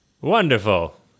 Wonderful